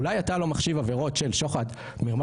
אולי אתה לא מחשיב עבירות של שוחד מרמה